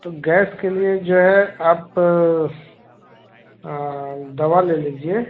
तो गैस के लिए जो है आप दवा ले लीजिए